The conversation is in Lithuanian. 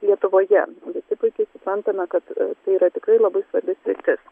lietuvoje visi puikiai suprantame kad tai yra tikrai labai svarbi sritis